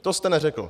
To jste neřekl.